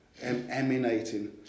emanating